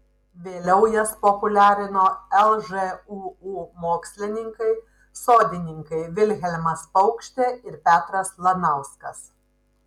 vėliau jas populiarino lžūu mokslininkai sodininkai vilhelmas paukštė ir petras lanauskas